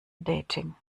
dating